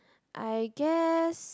I guess